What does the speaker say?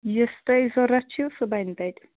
یُس تۄہہِ ضروٗرت چھِو سُہ بَنہِ تَتہِ